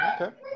Okay